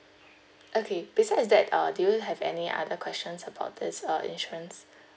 okay besides that uh do you have any other questions about this uh insurance